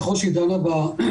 ככל שהיא דנה בפרטים,